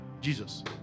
Jesus